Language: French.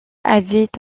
avait